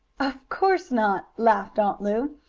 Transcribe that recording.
of course not! laughed aunt lu.